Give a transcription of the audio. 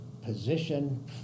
position